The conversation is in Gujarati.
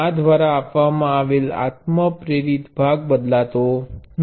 આ દ્વારા આપવામાં આવેલ આત્મ પ્રેરિત ભાગ બદલાતો નથી